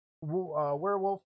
werewolf